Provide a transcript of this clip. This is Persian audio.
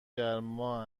گرما